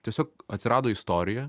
tiesiog atsirado istorija